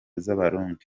z’abarundi